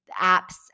apps